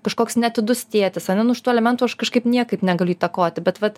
kažkoks neatidus tėtis ane nu šitų elementų aš kažkaip niekaip negaliu įtakoti bet vat